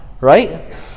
Right